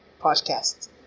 podcast